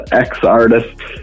ex-artists